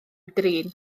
drin